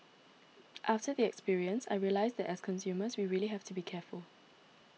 after the experience I realised that as consumers we really have to be careful